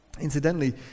Incidentally